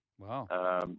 Wow